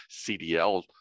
CDL